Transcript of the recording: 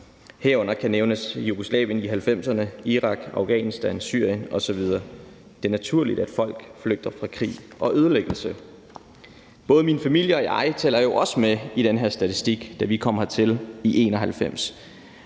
Herunder kan nævnes Jugoslavien i 1990'erne, Irak, Afghanistan, Syrien osv. Det er naturligt, at folk flygter fra krig og ødelæggelse. Både min familie og jeg tæller jo også med i den her statistik, da vi kom hertil i 1991.